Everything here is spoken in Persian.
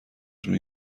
روی